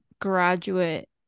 graduate